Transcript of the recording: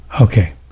Okay